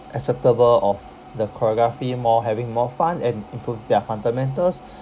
acceptable of the choreography more having more fun and improve their fundamentals